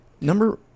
number